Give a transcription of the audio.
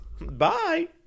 bye